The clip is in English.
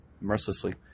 mercilessly